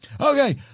Okay